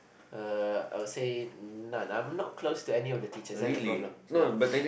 err I would say none I'm not close to any of the teacher that's the problem ya